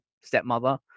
stepmother